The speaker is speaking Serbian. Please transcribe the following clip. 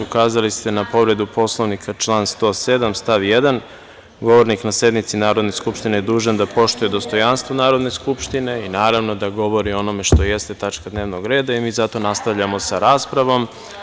Ukazali ste na povredu Poslovnika, član 107. stav 1 - govornik na sednici Narodne skupštine je dužan da poštuje dostojanstvo Narodne skupštine i da govori o onome što jeste tačka dnevnog reda“ i mi zato nastavljamo sa raspravom.